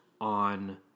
on